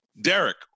Derek